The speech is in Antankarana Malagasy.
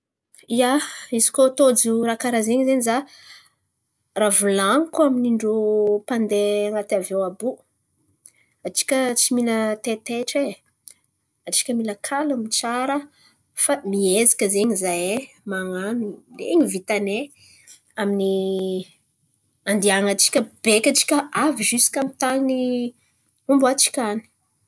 Ia, izy koa tôjo raha karà ze zen̈y za, raha volan̈iko amin-drô mpandeha an̈aty aviòn àby io: Atsika tsy mila taitaitry e. Atsika mila kalma tsara fa miezaka zen̈y zahay man̈ano lainy vitanay amin'ny handihan̈antsika beka atsika avy ziska amy tany omboantsika an̈y.